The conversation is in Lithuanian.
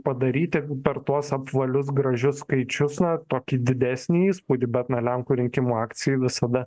padaryti per tuos apvalius gražius skaičius na tokį didesnį įspūdį bet na lenkų rinkimų akcijai visada